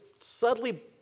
subtly